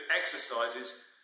exercises